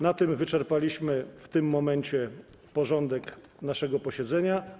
Na tym wyczerpaliśmy w tym momencie porządek naszego posiedzenia.